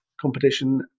competition